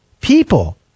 people